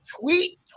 tweet